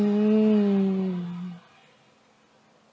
mm